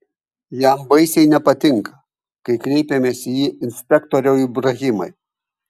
jam baisiai nepatinka kai kreipiamės į jį inspektoriau ibrahimai